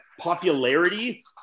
popularity